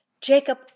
Jacob